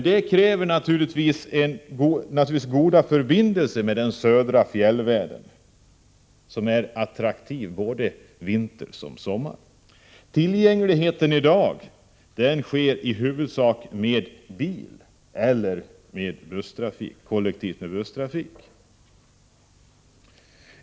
Det kräver naturligtvis goda förbindelser med den södra fjällvärlden, som är attraktiv både på vintern och på sommaren. I dag kommer människor till området i huvudsak med bil eller kollektiv busstrafik.